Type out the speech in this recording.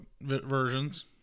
versions